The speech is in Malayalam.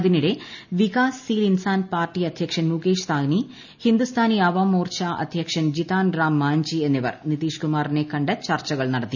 അതിനിടെ വികാസ് സീൽ ഇൻസാൻ പാർട്ടി അധ്യക്ഷൻ മുകേഷ് സാഹ്നി ഹിന്ദുസ്ഥാനി അവാം മോർച്ച അധ്യക്ഷൻ ജിതാൻ റാം മാഞ്ചി എന്നിവർ നിതീഷ് കുമാറിനെ കണ്ട് ചർച്ചകൾ നടത്തി